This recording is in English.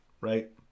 right